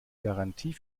garantie